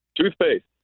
Toothpaste